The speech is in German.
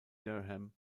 durham